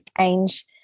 change